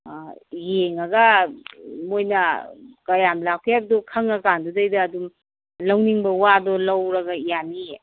ꯌꯦꯡꯉꯒ ꯃꯣꯏꯅ ꯀꯌꯥꯝ ꯂꯥꯞꯄꯦ ꯍꯥꯏꯕꯗꯣ ꯈꯪꯉꯀꯥꯟꯗꯨꯗꯩꯗ ꯑꯗꯨꯝ ꯂꯧꯅꯤꯕ ꯋꯥꯗꯣ ꯂꯧꯔꯒ ꯌꯥꯅꯤꯌꯦ